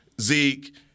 Zeke